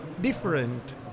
different